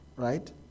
right